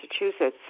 Massachusetts